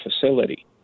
facility